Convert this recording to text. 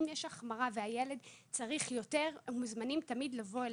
אם יש החמרה והילד צריך יותר מוזמנים תמיד לבוא אלינו.